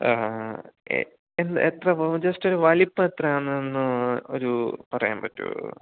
എത്ര ജസ്റ്റ് ഒരു വലിപ്പം എത്രയാണെന്നൊന്നു ഒരു പറയാൻ പറ്റുമോ